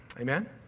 Amen